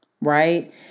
Right